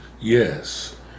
yes